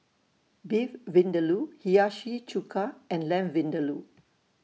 Beef Vindaloo Hiyashi Chuka and Lamb Vindaloo